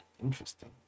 Interesting